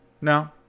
No